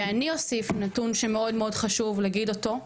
ואני אוסיף נתון שמאוד מאוד חשוב להגיד אותו,